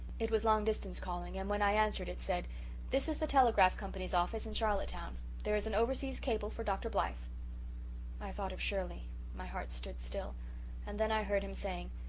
it was long-distance calling, and when i answered it said this is the telegraph company's office in charlottetown. there is an overseas cable for dr. blythe i thought of shirley my heart stood still and then i heard him saying,